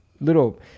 little